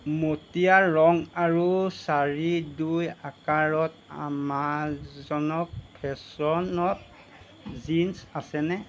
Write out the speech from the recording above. মটিয়া ৰঙ আৰু চাৰি দুই আকাৰত আমাজনক ফেশ্বনত জিন্ছ আছেনে